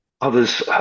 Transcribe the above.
Others